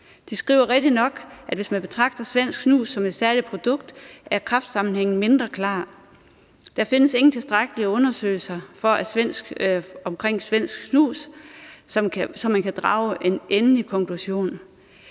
De skriver rigtigt nok, at hvis man betragter svensk snus som et særskilt produkt, er kræftsammenhængen mindre klar. Der findes ingen tilstrækkelige undersøgelser af svensk snus, så man kan drage en endelig konklusion.